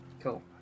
Cool